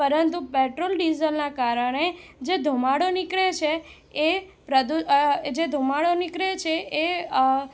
પરંતુ પેટ્રોલ ડીઝલનાં કારણે જે ધુમાડો નીકળે છે એ પ્રદૂ જે ધુમાડો નીકળે છે એ